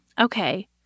Okay